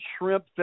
shrimp